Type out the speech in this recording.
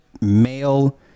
male